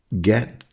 get